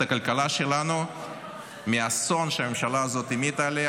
הכלכלה שלנו מהאסון שהממשלה הזאת המיטה עליה,